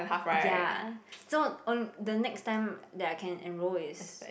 ya so on the next time that I can enroll is